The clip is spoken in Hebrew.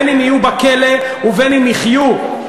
אם יהיו בכלא ואם יחיו,